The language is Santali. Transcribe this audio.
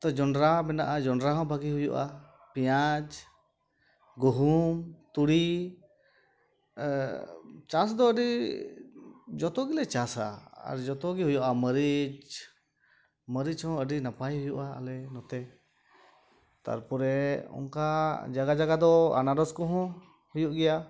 ᱛᱚ ᱡᱚᱱᱰᱨᱟ ᱢᱮᱱᱟᱜᱼᱟ ᱡᱚᱱᱰᱨᱟ ᱦᱚᱸ ᱵᱷᱟᱜᱮ ᱦᱩᱭᱩᱜᱼᱟ ᱯᱮᱸᱭᱟᱡᱽ ᱜᱩᱦᱩᱢ ᱛᱩᱲᱤ ᱪᱟᱥ ᱫᱚ ᱟᱹᱰᱤ ᱡᱚᱛᱚᱜᱮᱞᱮ ᱪᱟᱥᱟ ᱟᱨ ᱡᱚᱛᱚᱜᱮ ᱦᱩᱭᱩᱜᱼᱟ ᱢᱟᱹᱨᱤᱪ ᱢᱟᱹᱨᱤᱪ ᱦᱚᱸ ᱟᱹᱰᱤ ᱱᱟᱯᱟᱭ ᱱᱟᱯᱟᱭ ᱦᱩᱭᱩᱜᱼᱟ ᱟᱞᱮ ᱱᱚᱛᱮ ᱛᱟᱨᱯᱚᱨᱮ ᱚᱝᱠᱟ ᱡᱟᱜᱟ ᱡᱟᱜᱟ ᱫᱚ ᱟᱱᱟᱨᱚᱥ ᱠᱚᱦᱚᱸ ᱦᱩᱭᱩᱜ ᱜᱮᱭᱟ